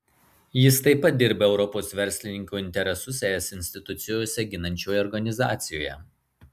jis taip pat dirba europos verslininkų interesus es institucijose ginančioje organizacijoje